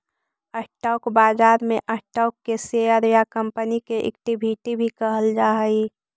stock बाजार में stock के शेयर या कंपनी के इक्विटी भी कहल जा हइ